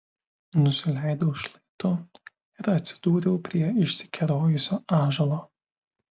nusileidau šlaitu ir atsidūriau prie išsikerojusio ąžuolo